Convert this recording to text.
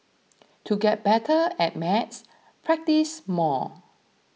to get better at maths practise more